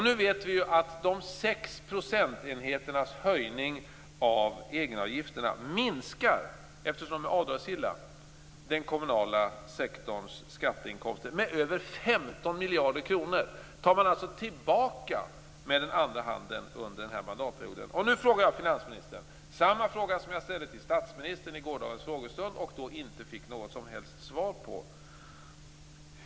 Nu vet vi att höjningen av egenavgifterna med sex procentenheter minskar den kommunala sektorns skatteinkomster med över 15 miljarder kronor, eftersom de är avdragsgilla. Detta tar man tillbaka med den andra handen under denna mandatperiod. Nu ställer jag till finansministern samma fråga som jag ställde till statsministern i gårdagens frågestund och då inte fick något som helst svar på.